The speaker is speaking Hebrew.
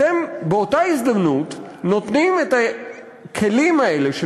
אתם באותה הזדמנות נותנים את הכלים האלה של